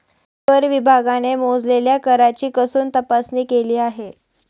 कर विभागाने मोजलेल्या कराची कसून तपासणी केली आहे